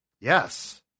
Yes